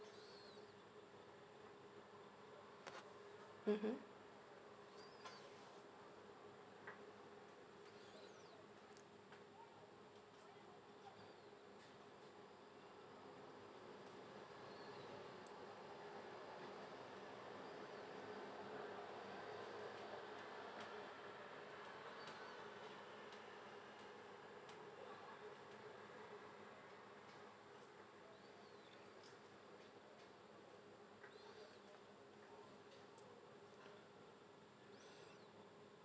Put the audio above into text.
mmhmm